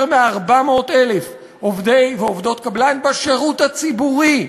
מ-400,000 עובדי ועובדות קבלן בשירות הציבורי,